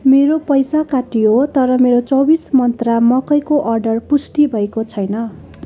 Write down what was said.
मेरो पैसा काटियो तर मेरो चौबिस मन्त्रा मकैको अर्डर पुष्टि भएको छैन